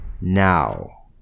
Now